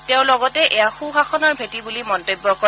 তেওঁ লগতে এয়া সু শাসনৰ ভেঁটি বুলি মন্তব্য কৰে